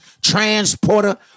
Transporter